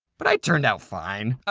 but i turned out fine.